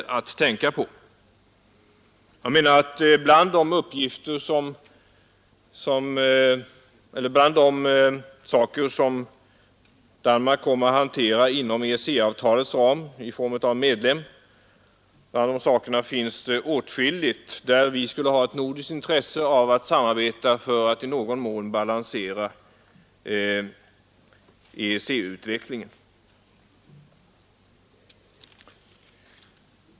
Jag anser att på de områden som Danmark kommer att hantera inom EEC-avtalets ram som medlem finns åtskilligt som vi skulle ha ett nordiskt intresse äv att samarbeta omkring för att i någon mån balansera EEC-utvecklingen.